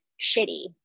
shitty